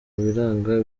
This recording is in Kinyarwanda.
biranga